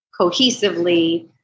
cohesively